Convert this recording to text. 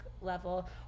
level